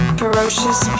ferocious